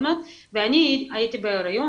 ואני הייתי בהריון